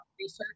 research